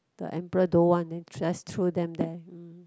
the emperor don't want then just throw them there